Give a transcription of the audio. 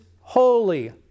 holy